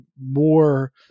more